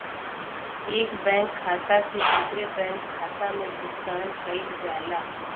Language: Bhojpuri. एक बैंक खाता से दूसरे बैंक खाता में भुगतान कइल जाला